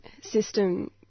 system